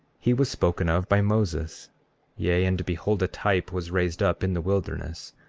he was spoken of by moses yea, and behold a type was raised up in the wilderness,